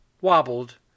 wobbled